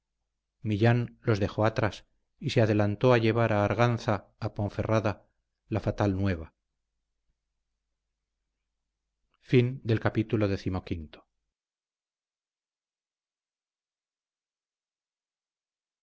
millán los dejó atrás y se adelantó a llevar a arganza a ponferrada la fatal nueva